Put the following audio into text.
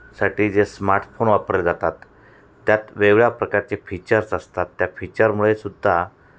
साठी जे स्मार्टफोन वापरले जातात त्यात वेगळ्या प्रकारचे फीचर्स असतात त्या फीचरमुळे सुुद्धा